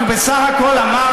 כי הוא בסך הכול אמר,